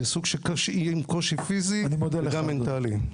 עם קושי פיזי וקושי מנטלי.